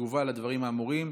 וכתגובה לדברים האמורים,